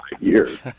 years